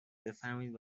بفرمایید